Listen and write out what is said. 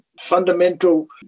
fundamental